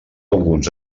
alguns